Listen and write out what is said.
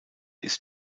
ist